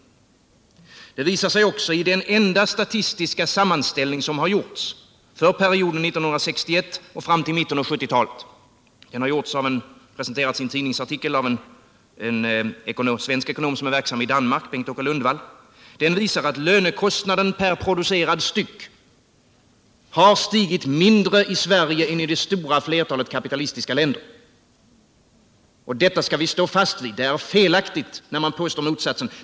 Detta visar sig också i den enda statistiska sammanställning som har gjorts för perioden 1961 fram till mitten av 1970-talet — den har presenterats i en tidningsartikel av en svensk ekonom som är verksam i Danmark, Bengt Åke Lundvall. Den visar att lönekostnaden per producerad styck har stigit mindre i Sverige än i det stora flertalet kapitalistiska länder. Det är felaktigt när man påstår motsatsen.